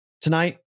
tonight